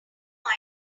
guys